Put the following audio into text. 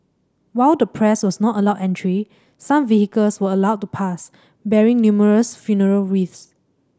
while the press was not allowed entry some vehicles were allowed to pass bearing numerous funeral wreaths